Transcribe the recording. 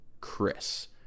Chris